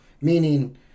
meaning